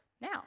Now